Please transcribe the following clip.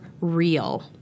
real